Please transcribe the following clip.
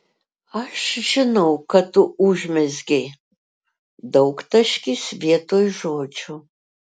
aš žinau kad tu užmezgei daugtaškis vietoj žodžio